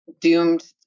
doomed